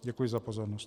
Děkuji za pozornost.